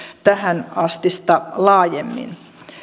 tähänastista laajemmin